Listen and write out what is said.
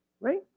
right